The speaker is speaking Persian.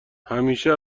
همیشه